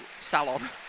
salon